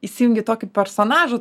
įsijungi tokį personažą